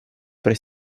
про